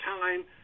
time